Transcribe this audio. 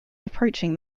approaching